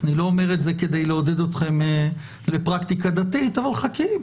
אני לא אומר את זה כדי לעודד אתכם לפרקטיקה דתית אבל חכי,